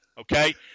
okay